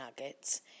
nuggets